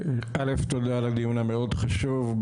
א' תודה על הדיון המאוד חשוב,